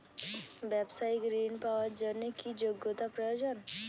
ব্যবসায়িক ঋণ পাওয়ার জন্যে কি যোগ্যতা প্রয়োজন?